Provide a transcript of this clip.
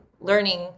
learning